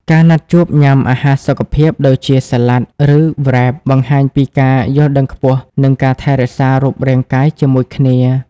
ការណាត់ជួបញ៉ាំអាហារសុខភាព ដូចជា Salad ឬ Wrap បង្ហាញពីការយល់ដឹងខ្ពស់ និងការថែរក្សារូបរាងកាយជាមួយគ្នា។